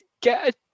get